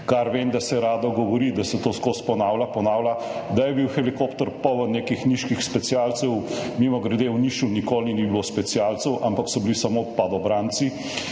Kar vem, da se rado govori, da se to skozi ponavlja, ponavlja, da je bil helikopter poln nekih niških specialcev. Mimogrede, v Nišu nikoli ni bilo specialcev, ampak so bili samo padobranci.